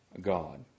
God